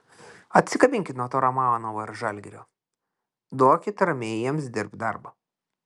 atsikabinkit nuo to romanovo ir žalgirio duokit ramiai jiems dirbt darbą